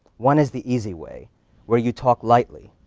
one is the easy way where you talk lightly.